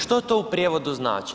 Što to u prijevodu znači?